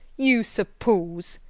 you suppose!